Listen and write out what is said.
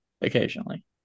Occasionally